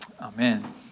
Amen